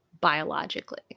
biologically